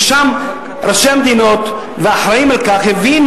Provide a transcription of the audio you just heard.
ששם ראשי המדינות והאחראים לכך הבינו